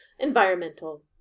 environmental